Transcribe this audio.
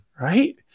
Right